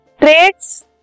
Traits